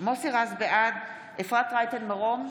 בעד אפרת רייטן מרום,